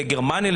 לגרמניה,